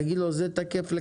תגידו לו זה תקף.